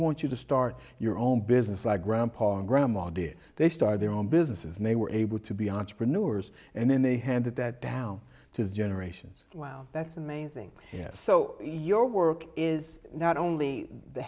want you to start your own business like grandpa and grandma did they started their own businesses and they were able to be entrepreneurs and then they handed that down to the generations well that's amazing yes so your work is not only the